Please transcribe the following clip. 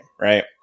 right